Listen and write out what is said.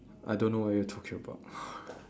I don't know what you're talking about